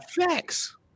Facts